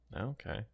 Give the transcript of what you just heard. Okay